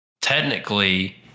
technically